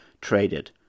traded